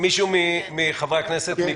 מישהו מחברי הכנסת רוצה להתייחס?